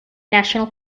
national